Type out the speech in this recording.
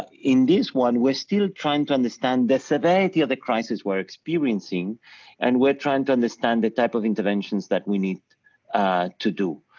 in this one, we're still trying to understand the severity of the crisis were experiencing and we're trying to understand the type of interventions that we need to do.